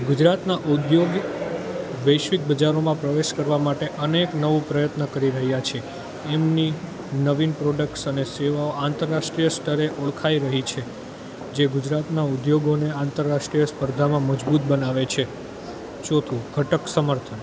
ગુજરાતનાં ઉદ્યોગ વૈશ્વિક બજારોમાં પ્રવેશ કરવા માટે અનેક નવો પ્રયત્ન કરી રહ્યાં છે એમની નવીન પ્રોડક્સ અને સેવાઓ આંતરરાષ્ટ્રીય સ્તરે ઓળખાઈ રહી છે જે ગુજરાતના ઉદ્યોગોને આંતરરાષ્ટ્રીય સ્પર્ધામાં મજબૂત બનાવે છે ચોથું ખટક સમર્થન